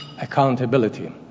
accountability